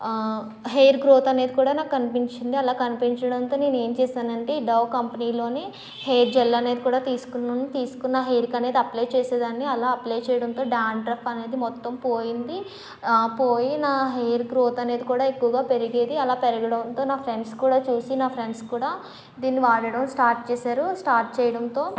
hair growth అనేది కూడా నాకు కనిపించింది అలా కనిపించడంతో నేనేం చేశానంటే డౌ కంపెనీలోనే హెయిర్ జెల్ అనేది కూడా తీసుకున్నాను తీసుకున్న హెయిర్కు అనేది అప్లయ్ చేసేదాన్ని అలా అప్లయ్ చేయడంతో డాండ్రఫ్ అనేది మొత్తం పోయింది పోయి నా హెయిర్ గ్రోత్ అనేది కూడా ఎక్కువగా పెరిగేది అలా పెరగడంతో నా ఫ్రెండ్స్ కూడా చూసి నా ఫ్రెండ్స్ కూడా దీన్ని వాడడం స్టార్ట్ చేశారు స్టార్ట్ చేయడంతో